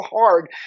hard